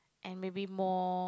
and maybe more